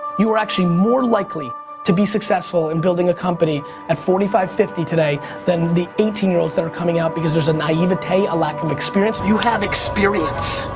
you are actually more likely to be successful in building a company, at forty five, fifty today than the eighteen year olds that are coming out because there's a naivete, a lack of experience. you have experience,